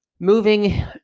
Moving